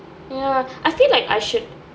ya I feel like I should